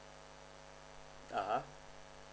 (uh huh)